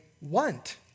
want